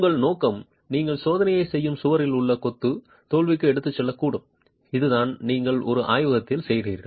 உங்கள் நோக்கம் நீங்கள் சோதனை செய்யும் சுவரில் உள்ள கொத்து தோல்விக்கு எடுத்துச் செல்லக்கூடாது இதுதான் நீங்கள் ஒரு ஆய்வகத்தில் செய்கிறீர்கள்